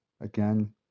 again